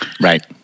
Right